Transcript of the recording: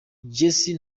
jessy